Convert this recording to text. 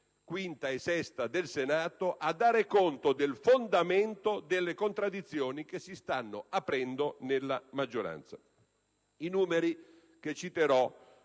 5a e 6a del Senato, a dare conto del fondamento delle contraddizioni che si stanno aprendo nella maggioranza. I numeri che citerò